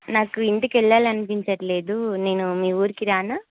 నాకు ఇంటికి వెళ్ళాలి అనిపించటం లేదు నేను మీ ఊరికి రానా